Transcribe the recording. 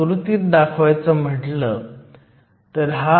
21 electron volt आहे